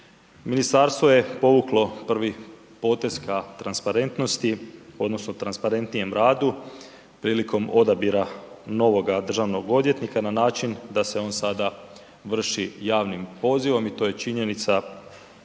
Ministarstvo je povuklo prvi potez ka transparentnosti odnosno transparentnijem radu prilikom odabira novoga državnog odvjetnika na način da se on sada vrši javnim pozivom i to je činjenica